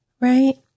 right